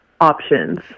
options